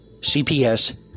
CPS